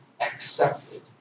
accepted